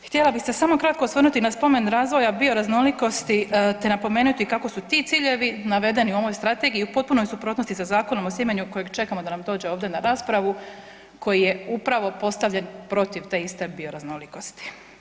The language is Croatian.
Htjela bih se samo kratko osvrnuti na spomen razvoja bioraznolikosti, te napomenuti kako su ti ciljevi navedeni u ovoj strategiji u potpunoj suprotnosti Zakona o sjemenju kojeg čekamo da nam dođe ovdje na raspravu koji je upravo postavljen protiv te iste bioraznolikosti.